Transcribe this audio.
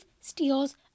steals